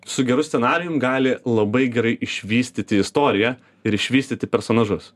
su geru scenarijum gali labai gerai išvystyti istoriją ir išvystyti personažus